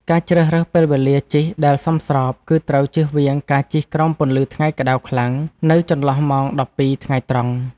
ការជ្រើសរើសពេលវេលាជិះដែលសមស្រប គឺត្រូវជៀសវាងការជិះក្រោមពន្លឺថ្ងៃក្ដៅខ្លាំងនៅចន្លោះម៉ោង ១២ ថ្ងៃត្រង់។